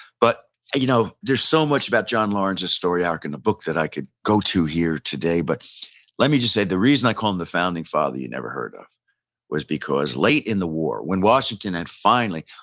but you know there's so much about john lawrence's story arc in the book that i could go to here today, but let me just say the reason i call him the founding father you never heard of was because late in the war, when washington had finally,